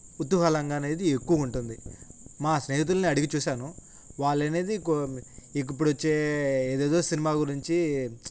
కుతూహలంగా అనేది ఎక్కువగా ఉంటుంది మా స్నేహితులని అడిగి చూశాను వాళ్ళు అనేది ఇప్పుడు వచ్చే ఏదేదో సినిమా గురించి